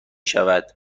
شود